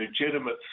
legitimate